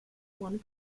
one